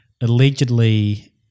allegedly